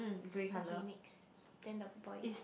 okay next then the point